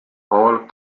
all